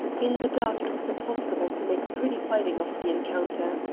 in the dark it was impossible to make pretty fighting of the encounter.